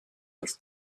wrth